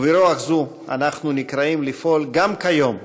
וברוח זו אנחנו נקראים לפעול גם כיום: